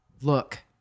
look